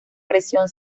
presión